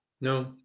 No